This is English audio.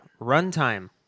Runtime